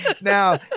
now